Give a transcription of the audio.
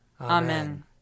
Amen